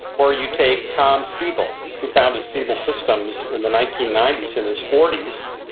or you take tom siebel who founded siebel systems in the nineteen ninety s in his forties.